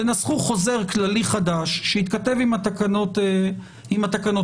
נסחו חוזר כללי חדש שיתכתב עם התקנות האלה,